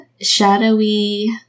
shadowy